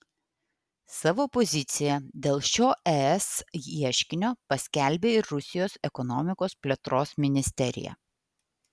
savo poziciją dėl šio es ieškinio paskelbė ir rusijos ekonomikos plėtros ministerija